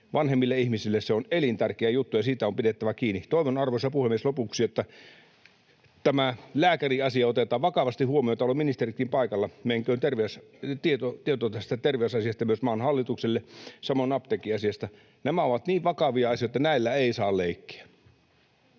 Vanhemmille ihmisille se on elintärkeä juttu, ja siitä on pidettävä kiinni. Toivon lopuksi, arvoisa puhemies, että tämä lääkäriasia otetaan vakavasti huomioon. Täällä ovat ministeritkin paikalla. Menköön tieto tästä terveysasiasta myös maan hallitukselle, samoin apteekkiasiasta. Nämä ovat niin vakavia asioita, että näillä ei saa leikkiä.